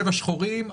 37 כלי רכב שחורים,